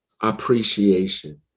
appreciation